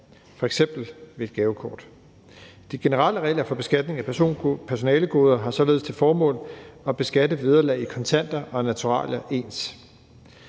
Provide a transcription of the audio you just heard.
f.eks. ved et gavekort. De generelle regler for beskatning af personalegoder har således til formål at beskatte vederlag i kontanter og naturalier ens.